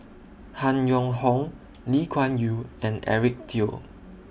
Han Yong Hong Lee Kuan Yew and Eric Teo